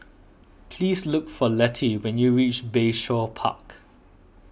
please look for Lettie when you reach Bayshore Park